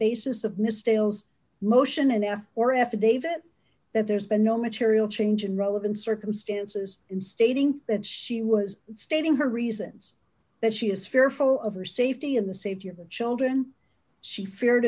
basis of mistake motion an f or affidavit that there's been no material change in relevant circumstances in stating that she was stating her reasons that she is fearful of her safety and the safety of the children she feared